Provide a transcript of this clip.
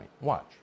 Watch